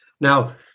Now